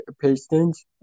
Pistons